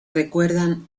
recuerdan